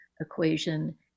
equation